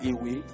away